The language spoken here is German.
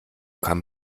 kann